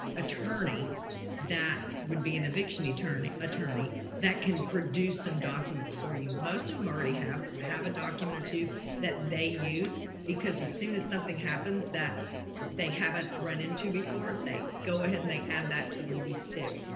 attorney that would be an eviction attorney attorney that can produce some documents for you. most of them already have, have a document or two that they use because as soon as something happens that they haven't run into before, they go ahead and they add that to the lease too.